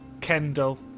Kendall